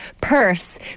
purse